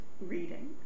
reading